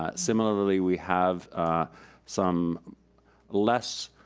ah similarly we have some less